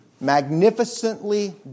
magnificently